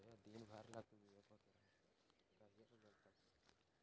ई किसान पोर्टल पर खेती बाड़ी के संबंध में कोना जानकारी भेटय छल?